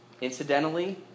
Incidentally